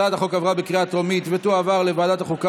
הצעת החוק עברה בקריאה טרומית ותועבר לוועדת העבודה,